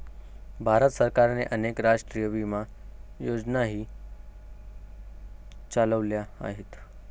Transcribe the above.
भारत सरकारने अनेक राष्ट्रीय विमा योजनाही चालवल्या आहेत